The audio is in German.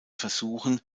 versuchen